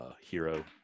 hero